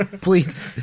please